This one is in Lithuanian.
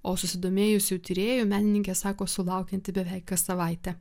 o susidomėjusių tyrėjų menininkė sako sulaukianti beveik kas savaitę